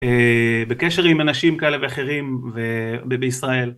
בקשר עם אנשים כאלה ואחרים בישראל